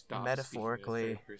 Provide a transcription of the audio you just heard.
metaphorically